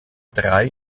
drei